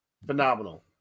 phenomenal